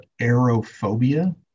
aerophobia